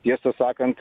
tiesą sakant